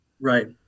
Right